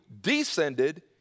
descended